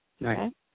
Right